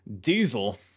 Diesel